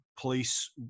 police